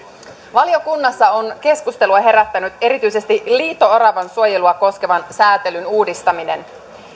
valiokunnassa on keskustelua herättänyt erityisesti liito oravan suojelua koskevan sääntelyn uudistaminen